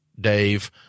Dave